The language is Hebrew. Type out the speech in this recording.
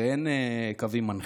הרי אין קווים מנחים.